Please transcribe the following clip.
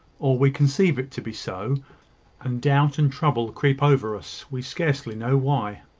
or we conceive it to be so and doubt and trouble creep over us, we scarcely know why.